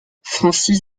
francis